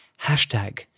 hashtag